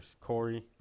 Corey